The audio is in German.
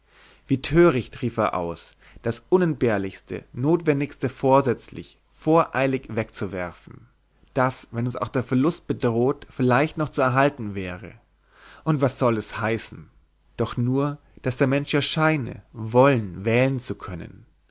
wie töricht rief er aus das unentbehrlichste notwendigste vorsätzlich voreilig wegzuwerfen das wenn uns auch der verlust bedroht vielleicht noch zu erhalten wäre und was soll es heißen doch nur daß der mensch ja scheine wollen wählen zu können